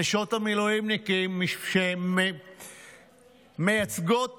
נשות המילואימניקים, שהן מייצגות